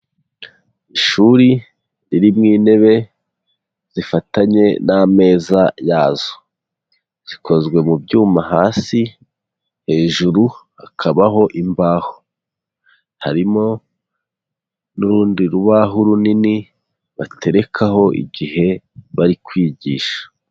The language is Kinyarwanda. Ishuri ririmo intebe zifatanye n'ameza yazo. Zikozwe mu byuma hasi, hejuru hakabaho imbaho. Harimo n'urundi rubaho runini, baterekaho igihe bari kwigisha.